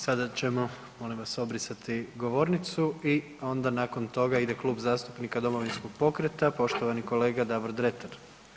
Sada ćemo molim vas obrisati govornicu i onda nakon toga ide Klub zastupnika Domovinskog pokreta, poštovani kolega Davor Dretar.